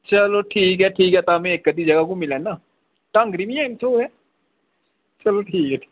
ते चलो ठीक ऐ ठीक ऐ तां में इक्क अद्धी जगह घुम्मी लैना ढांगरी बी हैन इत्थें चलो ठीक ऐ